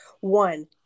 one